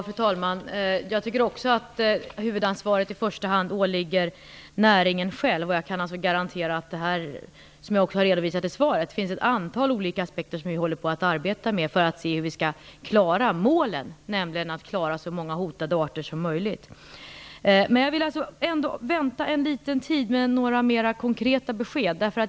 Fru talman! Jag tycker också att huvudansvaret i första hand åligger näringen själv. Jag kan garantera att det, som jag redovisat i svaret, finns ett antal olika aspekter som vi arbetar med för att se hur vi skall klara målen, nämligen att skydda så många hotade arter som möjligt. Jag vill ändå vänta litet med att lämna mera konkreta besked.